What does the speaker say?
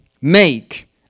make